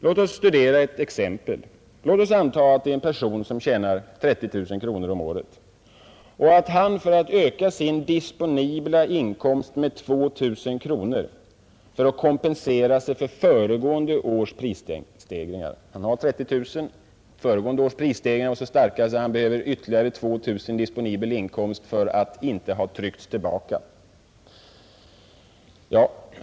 Låt oss studera ett exempel och anta att en person tjänar 30 000 kronor om året och vill öka sin disponibla inkomst med 2 000 kronor för att kompensera sig för föregående års prisstegringar. Eftersom föregående års prisstegringar var så starka behöver han ytterligare 2 000 kronor i disponibel inkomst för att inte ha tryckts tillbaka.